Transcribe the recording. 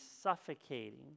suffocating